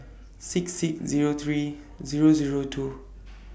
six six Zero three Zero Zero two